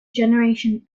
generation